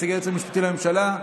נציגי הייעוץ המשפטי לממשלה,